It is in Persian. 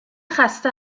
خسته